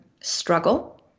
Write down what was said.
struggle